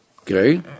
okay